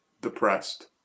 depressed